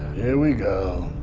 here we go.